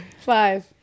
Five